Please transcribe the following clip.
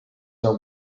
are